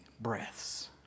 breaths